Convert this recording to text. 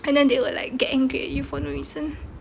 and then they will like get angry at you for no reason